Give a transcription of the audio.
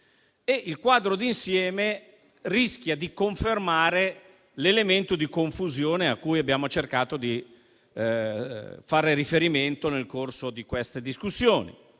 Quest'ultimo rischia di confermare l'elemento di confusione a cui abbiamo cercato di fare riferimento nel corso di queste discussioni.